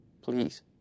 Please